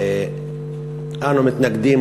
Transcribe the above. אנו מתנגדים